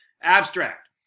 Abstract